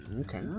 okay